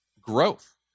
growth